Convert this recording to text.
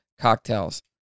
cocktails